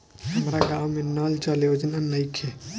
हमारा गाँव मे नल जल योजना नइखे?